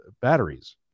batteries